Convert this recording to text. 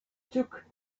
took